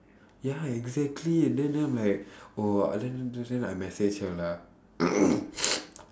ya exactly then then I'm like oh then then then I message her lah